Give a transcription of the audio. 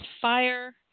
fire